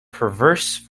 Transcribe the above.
perverse